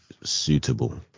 suitable